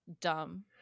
dumb